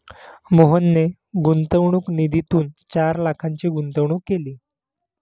मोहनने गुंतवणूक निधीतून चार लाखांची गुंतवणूक केली